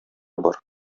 бар